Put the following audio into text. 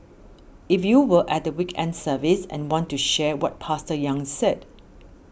if you were at the weekend service and want to share what Pastor Yang said